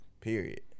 period